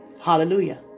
Hallelujah